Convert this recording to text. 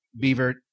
Beaver